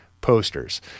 posters